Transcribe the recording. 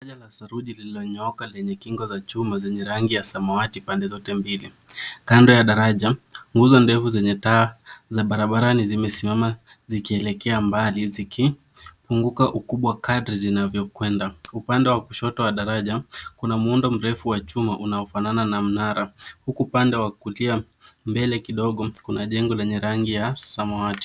La saruji lililonyooka lenye kingo za chuma zenye rangi ya samawati pande zote mbili. Kando ya daraja, nguzo ndefu zenye taa za barabarani zimesimama zikielekea mbali zikipunguka ukubwa kadri zinavyokwenda. Upande wa kushoto wa daraja, kuna muundo mrefu wa chuma unaofanana na mnara huku upande wa kulia, mbele kidogo, kuna jengo lenye rangi ya samawati.